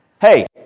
hey